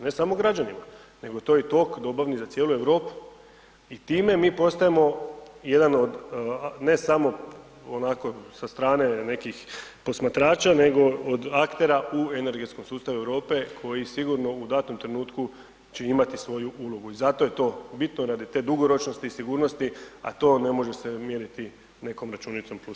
Ne samo građanima nego to je i tok dobavni za cijelu Europu i time mi postajemo jedan od ne samo onako sa strane nekih posmatrača nego od aktera u energetskom sustavu Europe koji sigurno u datom trenutku će imati svoju ulogu i zato je to bitno, radi te dugoročnosti i sigurnosti a to ne može se mjeriti nekom računicom